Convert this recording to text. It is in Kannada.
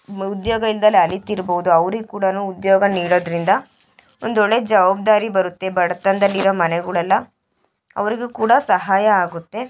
ಉದ್ಯೋಗ ಇಲ್ಲದಲೆ ಅಲೀತಿರ್ಬೋದು ಅವ್ರಿಗೆ ಕೂಡನೂ ಉದ್ಯೋಗ ನೀಡೋದರಿಂದ ಒಂದೊಳ್ಳೆ ಜವಾಬ್ದಾರಿ ಬರುತ್ತೆ ಬಡ್ತನದಲ್ಲಿರೋ ಮನೆಗಳೆಲ್ಲಾ ಅವರಿಗೂ ಕೂಡ ಸಹಾಯ ಆಗುತ್ತೆ